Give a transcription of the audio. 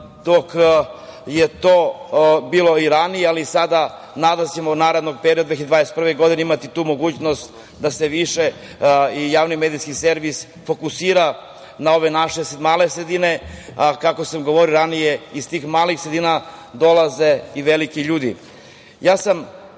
To je bilo i ranije, ali sada, nadamo se da će u narednom periodu 2021. godine imati tu mogućnost da se više i javni medijski servis fokusira na ove naše male sredine. Kako sam govorio ranije iz tih malih sredina dolaze i veliki